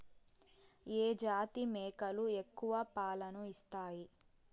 ఏ జాతి మేకలు ఎక్కువ పాలను ఇస్తాయి?